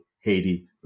Haiti